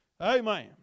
Amen